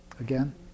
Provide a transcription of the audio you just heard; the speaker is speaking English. again